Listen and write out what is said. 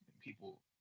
people